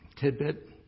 tidbit